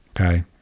Okay